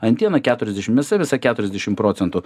antiena keturiasdešim mėsa visa keturiasdešim procentų